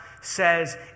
says